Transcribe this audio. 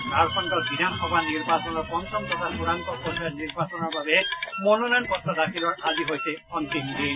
ঝাৰখণ্ডত বিধানসভা নিৰ্বাচনৰ পঞ্চম তথা চূড়ান্ত পৰ্যায়ৰ নিৰ্বাচনৰ বাবে মনোনয়ন পত্ৰ দাখিলৰ আজি হৈছে অন্তিম দিন